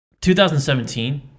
2017